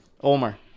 Omar